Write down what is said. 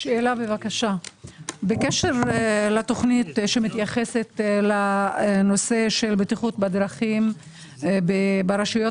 בקשר לתוכנית שמתייחסת לנושא של בטיחות בדרכים ברשויות